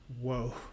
Whoa